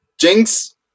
Jinx